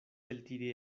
eltiri